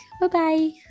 Bye-bye